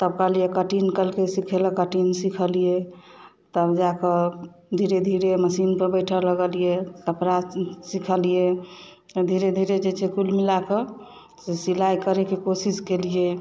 तब कहलिए कटिंग कहलकै सीखै लए कटिंग सीखलियै तब जाकऽ धीरे धीरे मशीन पर बैठऽ लगलियै कपड़ा सीखलियै तऽ धीरे धीरे जे छै कुल मिलाक से सिलाइ करे कऽ कोशिश केलियै